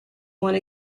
one